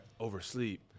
oversleep